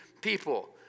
people